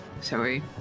Sorry